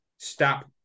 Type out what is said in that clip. Stop